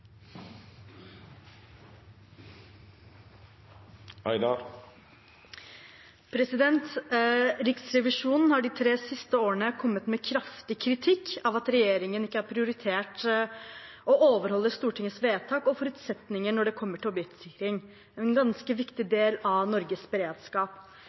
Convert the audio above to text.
nord. Riksrevisjonen har de tre siste årene kommet med kraftig kritikk av at regjeringen ikke har prioritert å overholde Stortingets vedtak og forutsetning når det gjelder objektsikring – en ganske viktig del av Norges beredskap.